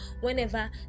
whenever